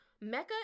Mecca